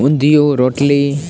ઊંધિયું રોટલી